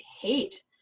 hate